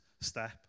step